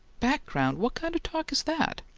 background? what kind of talk is that?